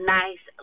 nice